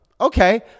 okay